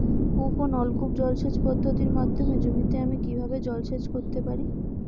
কূপ ও নলকূপ জলসেচ পদ্ধতির মাধ্যমে জমিতে আমি কীভাবে জলসেচ করতে পারি?